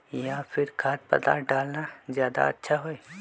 या फिर खाद्य पदार्थ डालना ज्यादा अच्छा होई?